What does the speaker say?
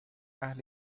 اهل